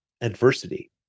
adversity